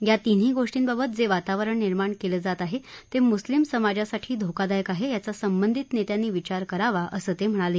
या तिन्ही गोर्टीबाबत जे वातावरण निर्माण केलं जात आहे ते मुस्लिम समाजासाठी धोकादायक आहे याचा संबंधित नेत्यांनी विचार करावा असं ते म्हणाले